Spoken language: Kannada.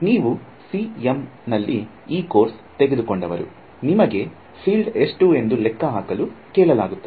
ನೀವು C M ನಲ್ಲಿ ಈ ಕೋರ್ಸ್ ತೆಗೆದುಕೊಂಡವರು ನಿಮಗೆ ಫೀಲ್ಡ್ ಎಷ್ಟು ಎಂದು ಲೆಕ್ಕಹಾಕಲು ಕೇಳಲಾಗುತ್ತದೆ